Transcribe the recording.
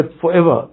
forever